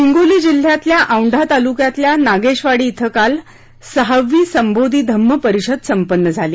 हिंगोली जिल्ह्यातल्या औंढा तालुक्यातल्या नागेशवाडी इथं काल सहावी संबोधी धम्म परिषद संपन्न झाली